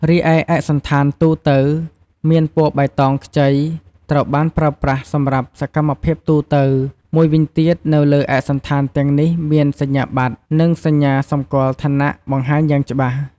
រីឯឯកសណ្ឋានទូទៅ មានពណ៌បៃតងខ្ចីត្រូវបានប្រើប្រាស់សម្រាប់សកម្មភាពទូទៅ មួយវិញទៀតនៅលើឯកសណ្ឋានទាំងនេះ មានសញ្ញាបត្រ និងសញ្ញាសម្គាល់ឋានៈបង្ហាញយ៉ាងច្បាស់។